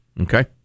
Okay